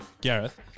Gareth